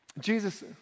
Jesus